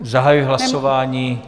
Zahajuji hlasování.